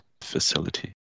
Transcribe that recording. facility